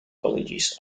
colleges